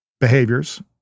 behaviors